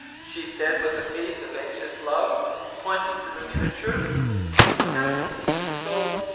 she said, with a face of anxious love pointing to the miniature that makes you so,